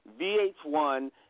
VH1